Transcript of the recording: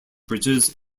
bridges